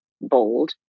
bold